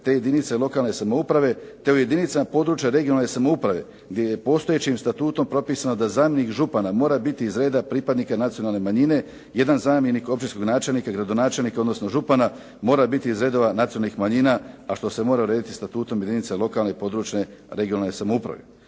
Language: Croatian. te jedinice lokalne samouprave te u jedinicama područja regionalne samouprave gdje je postojećim statutom propisano da zamjenik župana mora biti iz reda pripadnika nacionalne manjine, 1 zamjenik općinskog načelnika i gradonačelnika, odnosno župana mora biti iz redova nacionalnih manjina, a što se mora urediti Statutom jedinice lokalne i područne (regionalne) samouprave.